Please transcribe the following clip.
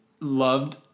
loved